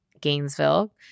Gainesville